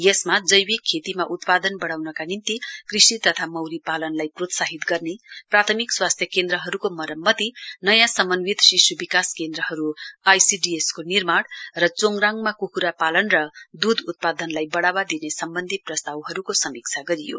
बैठकमा जैविक खेतीमा उत्पादन बढाउनका निम्ति कृषि अथवा मौरीपालन प्रोत्साहित गर्ने प्राथमिक स्वास्थ्य केन्द्रहरूको मरम्मति नयाँ समन्वित शिश् विकास केन्द्रहरू आइसीडीएस को निर्माण र चोहराङमा कुखुरा पालन र दूध उत्पादनलाई बढावा दिने सम्बन्धी प्रस्तावहरूको समीक्षा गरियो